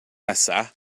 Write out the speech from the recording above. nesa